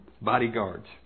Bodyguards